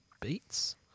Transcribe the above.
Beats